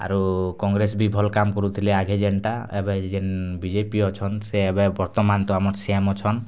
ଆରୁ କଂଗ୍ରେସ୍ ବି ଭଲ୍ କାମ୍ କରୁଥିଲେ ଆଗେ ଯେନ୍ଟା ଏବେ ଯେନ୍ ବି ଜେ ପି ଅଛନ୍ ସେ ଏବେ ବର୍ତ୍ତମାନ୍ ତ ଆମର୍ ସି ଏମ୍ ଅଛନ୍